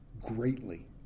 greatly